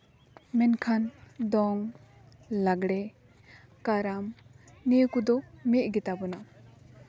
ᱢᱮᱱᱠᱷᱟᱱ ᱫᱚᱝ ᱞᱟᱜᱽᱲᱮ ᱠᱟᱨᱟᱢ ᱱᱤᱭᱟᱹ ᱠᱚᱫᱚ ᱢᱤᱫ ᱜᱮᱛᱟ ᱵᱚᱱᱟ